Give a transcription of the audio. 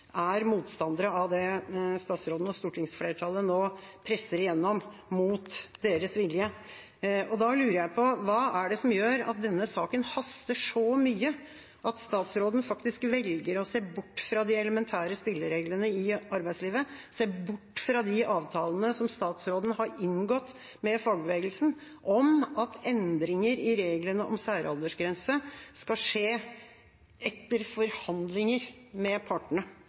er motstander av det statsråden og stortingsflertallet nå presser igjennom mot deres vilje. Da lurer jeg på: Hva er det som gjør at denne saken haster så mye at statsråden faktisk velger å se bort fra de elementære spillereglene i arbeidslivet, se bort fra de avtalene som statsråden har inngått med fagbevegelsen om at endringer i reglene om særaldersgrense skal skje etter forhandlinger med partene?